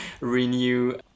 renew